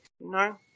no